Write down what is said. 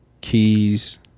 Keys